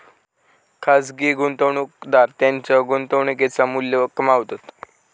खाजगी गुंतवणूकदार त्येंच्या गुंतवणुकेचा मू्ल्य कमावतत